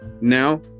Now